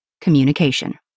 Communication